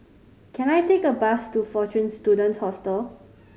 can I take a bus to Fortune Students Hostel